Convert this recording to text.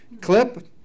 clip